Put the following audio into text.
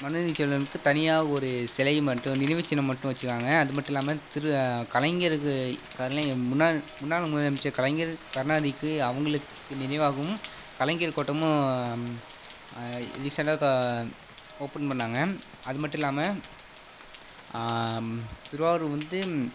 மனுநீதி சோழனுக்கு தனியாக ஒரு சிலை மட்டும் நினைவுச்சின்னம் மட்டும் வச்சுருக்காங்க அதுமட்டும் இல்லாமல் திரு கலைஞருக்கு கலைஞ முன்னாள் முன்னாள் முதலமைச்சர் கலைஞர் கருணாநிதிக்கு அவங்களுக்கு நினைவாகவும் கலைஞர் கோட்டமும் ரீசெண்ட்டாக தொ ஓப்பன் பண்ணாங்க அதுமட்டும் இல்லாமல் திருவாரூர் வந்து